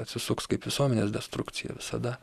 atsisuks kaip visuomenės destrukcija visada